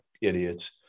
idiots